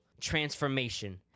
transformation